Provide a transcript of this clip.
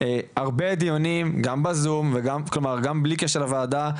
הרבה דיונים גם בזום בלי קשר לוועדה,